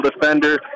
defender